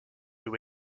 new